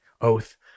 oath